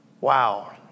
wow